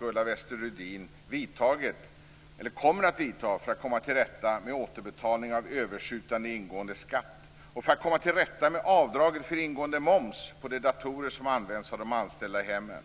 Ulla Wester-Rudin att vidta för att komma till rätta med återbetalningar av överskjutande ingående skatt och för att komma till rätta med avdrag för ingående moms för de datorer som används av de anställda i hemmen?